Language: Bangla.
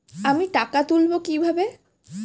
আমি টাকা তুলবো কি ভাবে?